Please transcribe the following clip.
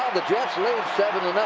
the jets lead seven and